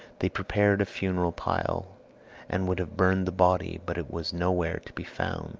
they prepared a funeral pile and would have burned the body, but it was nowhere to be found